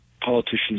politicians